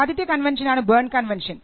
ആദ്യത്തെ കൺവെൻഷൻ ആണ് Bern convention